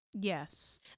Yes